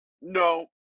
no